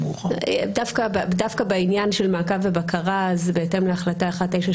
דווקא בעניין של מעקב ובקרה זה בהתאם להחלטה 1933